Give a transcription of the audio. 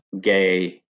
gay